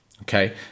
okay